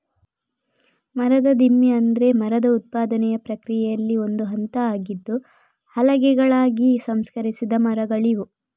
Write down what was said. ಮರದ ದಿಮ್ಮಿ ಅಂದ್ರೆ ಮರದ ಉತ್ಪಾದನೆಯ ಪ್ರಕ್ರಿಯೆಯಲ್ಲಿ ಒಂದು ಹಂತ ಆಗಿದ್ದು ಹಲಗೆಗಳಾಗಿ ಸಂಸ್ಕರಿಸಿದ ಮರಗಳಿವು